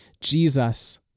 Jesus